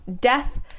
death